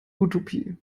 utopie